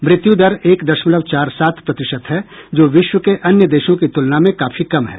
मृत्यु दर एक दशमलव चार सात प्रतिशत है जो विश्व के अन्य देशों की तुलना में काफी कम है